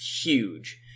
huge